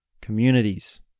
communities